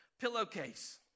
pillowcase